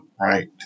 right